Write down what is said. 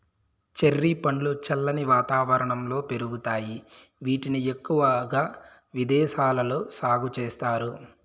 cherry పండ్లు చల్లని వాతావరణంలో పెరుగుతాయి, వీటిని ఎక్కువగా విదేశాలలో సాగు చేస్తారు